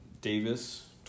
Davis